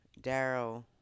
Daryl